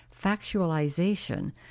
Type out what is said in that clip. factualization